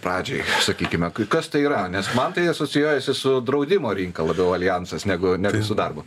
pradžiai sakykime kas tai yra nes man tai asocijuojasi su draudimo rinka labiau aljansas negu netgi su darbu